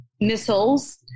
missiles